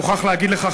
אני מוכרח להגיד לך,